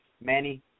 Manny